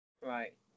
Right